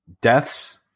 deaths